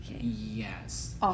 Yes